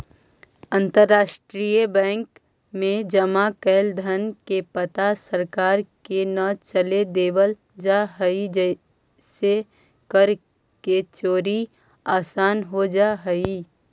अंतरराष्ट्रीय बैंक में जमा कैल धन के पता सरकार के न चले देवल जा हइ जेसे कर के चोरी आसान हो जा हइ